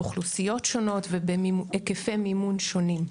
לאוכלוסיות שונות ובהיקפי מימון שונים.